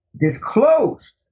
disclosed